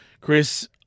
Chris